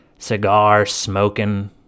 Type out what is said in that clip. Cigar-smoking